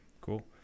cool